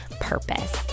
purpose